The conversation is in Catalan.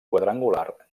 quadrangular